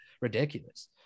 ridiculous